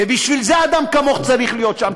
ובשביל זה אדם כמוך צריך להיות שם,